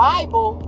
Bible